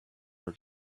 were